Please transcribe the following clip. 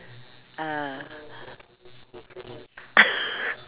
ah